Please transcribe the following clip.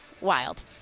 Wild